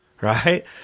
Right